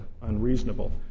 unreasonable